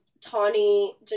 Tawny